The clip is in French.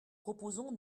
proposons